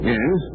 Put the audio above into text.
Yes